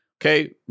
okay